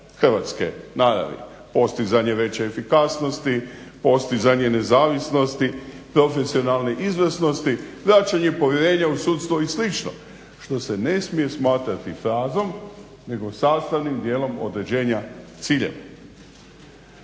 hrvatske naravi postizanje veće efikasnosti, postizanje nezavisnosti, profesionalne izvrsnosti, vraćanje povjerenja u sudstvo i slično što se ne smije smatrati frazom nego sastavnim dijelom određenja ciljeva.